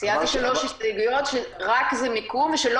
ציינתי שלוש הסתייגויות: זה רק מיקום ושלא